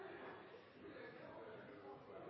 har en